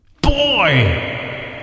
boy